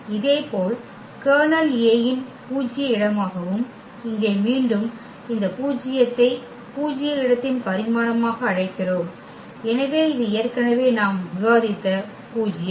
இதேபோல் kernel A இன் பூஜ்ய இடமாகவும் இங்கே மீண்டும் இந்த பூஜ்யத்தை பூஜ்ய இடத்தின் பரிமாணமாக அழைக்கிறோம் எனவே இது ஏற்கனவே நாம் விவாதித்த பூஜ்யம்